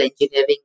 engineering